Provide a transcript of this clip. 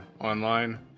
online